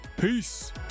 peace